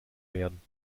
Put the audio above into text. werden